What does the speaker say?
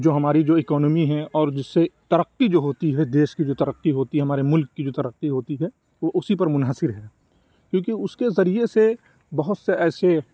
جو ہماری جو اکانمی ہے اور جس سے ترقی جو ہوتی ہے دیش کی جو ترقی ہوتی ہے ہمارے ملک کی جو ترقی ہوتی ہے وہ اسی پر منحصر ہے کیوں کہ اس کے ذریعے سے بہت سے ایسے